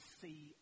see